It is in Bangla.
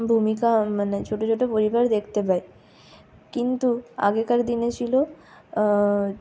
ভূমিকা মানে ছোটো ছোটো ভূমিকা দেখতে পাই কিন্তু আগেকার দিনে ছিল